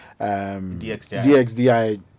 DXDI